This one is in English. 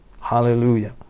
Hallelujah